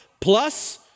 plus